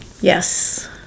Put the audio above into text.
Yes